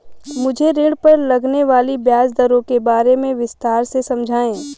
मुझे ऋण पर लगने वाली ब्याज दरों के बारे में विस्तार से समझाएं